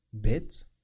bits